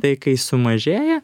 tai kai sumažėja